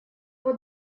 вот